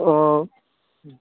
অঁ